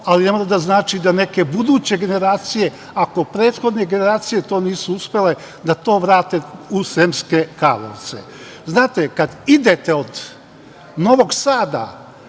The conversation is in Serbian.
ali ne mora da znači da neke buduće generacije, ako prethodne generacije to nisu uspele, da to vrate u Sremske Karlovce. Znate, kad idete od Novog Sada